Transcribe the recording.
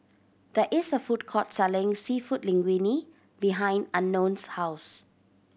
there is a food court selling Seafood Linguine behind Unknown's house